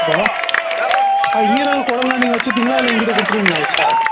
hello ஆ ஈரல் குடல்லாம் நீங்கள் வைச்சுப்பீங்களா இல்லை என்கிட்ட கொடுத்துருவீங்களா எக்ஸ்ட்ரா